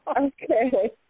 Okay